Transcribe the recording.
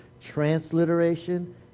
transliteration